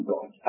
God